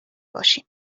باشیم